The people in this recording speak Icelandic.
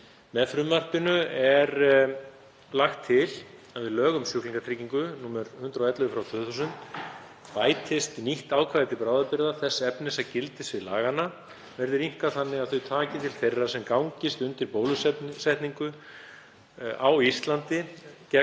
Með frumvarpinu er lagt til að við lög um sjúklingatryggingu, nr. 111/2000, bætist nýtt ákvæði til bráðabirgða þess efnis að gildissvið laganna verði rýmkað þannig að þau taki til þeirra sem gangist undir bólusetningu á Íslandi gegn